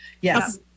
Yes